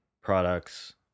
products